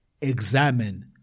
Examine